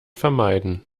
vermeiden